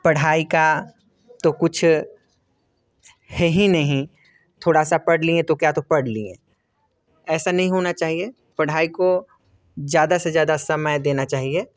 पढ़ाई का तो कुछ है ही नहीं थोड़ा सा पढ़ लिए तो क्या तो पढ़ लियए ऐसा नहीं होना चाहिए पढ़ाई को ज़्यादा से ज़्यादा समय देना चाहिए